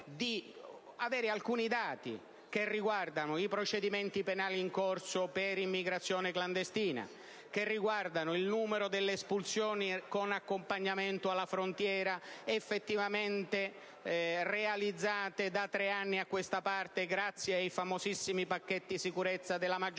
per avere alcuni dati inerenti i procedimenti penali in corso per immigrazione clandestina, il numero delle espulsioni con accompagnamento alla frontiera effettivamente realizzate da tre anni a questa parte (grazie ai famosissimi pacchetti sicurezza della maggioranza),